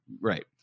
Right